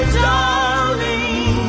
darling